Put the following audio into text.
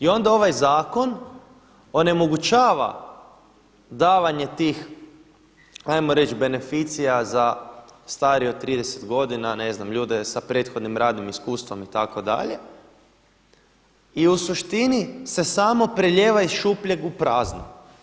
I onda ovaj zakon onemogućava davanje tih ajmo reći beneficija za starije od 30 godina, ljude sa prethodnim radnim iskustvom itd. i u suštini se samo prelijeva iz šupljeg u prazno.